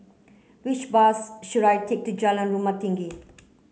which bus should I take to Jalan Rumah Tinggi